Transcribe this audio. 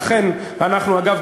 אגב,